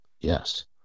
Yes